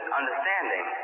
understanding